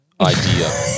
idea